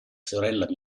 sorella